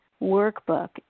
workbook